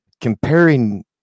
comparing